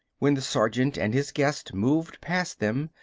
when the sergeant and his guest moved past them,